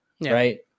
right